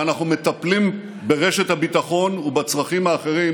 ואנחנו מטפלים ברשת הביטחון ובצרכים האחרים